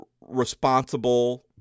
responsible